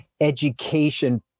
education